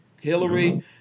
hillary